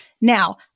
Now